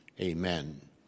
amen